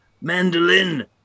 mandolin